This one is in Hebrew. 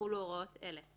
יחולו הוראות אלה: